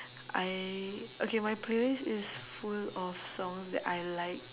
I okay my playlist is full of songs that I like